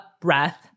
breath